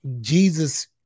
Jesus